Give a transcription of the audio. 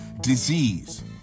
Disease